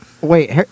Wait